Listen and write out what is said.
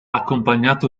accompagnato